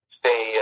stay